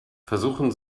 versuchen